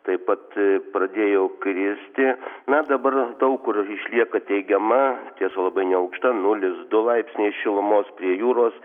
taip pat pradėjo kristi na dabar daug kur išlieka teigiama tiesa labai neaukšta nulis du laipsniai šilumos prie jūros